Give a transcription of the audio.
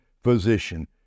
physician